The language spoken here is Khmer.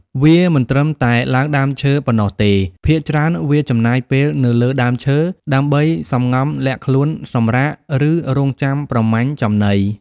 វាមិនត្រឹមតែឡើងដើមឈើប៉ុណ្ណោះទេ ភាគច្រើនវា ចំណាយពេលនៅលើដើមឈើ ដើម្បីសំងំលាក់ខ្លួន សម្រាក ឬរង់ចាំប្រមាញ់ចំណី។